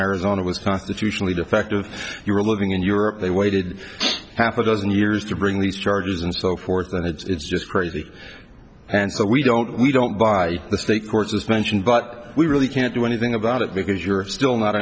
arizona was constitutionally defective you were looking in europe they waited half a dozen years to bring these charges and so forth and it's just crazy and so we don't we don't buy the state courts as mentioned but we really can't do anything about it because you're still not